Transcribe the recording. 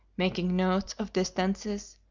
making notes of distances,